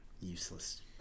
Useless